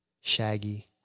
Shaggy